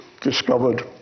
discovered